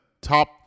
top